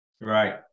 Right